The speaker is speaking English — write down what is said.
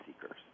seekers